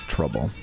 Trouble